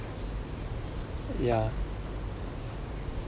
ya